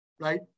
right